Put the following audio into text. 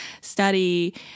study